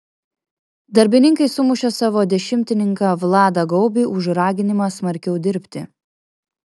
darbininkai sumušė savo dešimtininką vladą gaubį už raginimą smarkiau dirbti